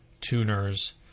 tuners